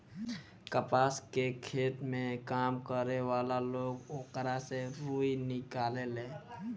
कपास के खेत में काम करे वाला लोग ओकरा से रुई निकालेले